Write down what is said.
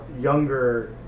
younger